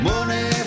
Money